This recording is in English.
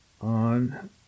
on